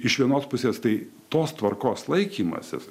iš vienos pusės tai tos tvarkos laikymasis